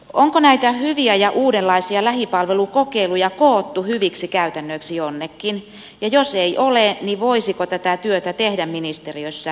onko näitä hyviä ja uudenlaisia lähipalvelukokeiluja koottu hyviksi käytännöiksi jonnekin ja jos ei ole voisiko tätä työtä tehdä ministeriössä